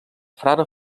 frare